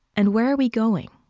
and where are we going?